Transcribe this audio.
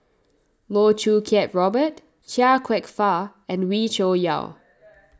Loh Choo Kiat Robert Chia Kwek Fah and Wee Cho Yaw